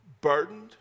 burdened